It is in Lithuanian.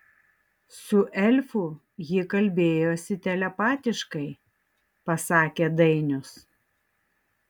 su elfu ji kalbėjosi telepatiškai pasakė dainius